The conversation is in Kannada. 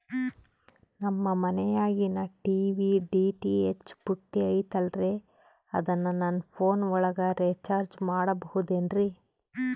ನಮ್ಮ ಮನಿಯಾಗಿನ ಟಿ.ವಿ ಡಿ.ಟಿ.ಹೆಚ್ ಪುಟ್ಟಿ ಐತಲ್ರೇ ಅದನ್ನ ನನ್ನ ಪೋನ್ ಒಳಗ ರೇಚಾರ್ಜ ಮಾಡಸಿಬಹುದೇನ್ರಿ?